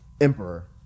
Emperor